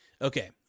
Okay